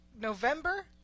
November